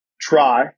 try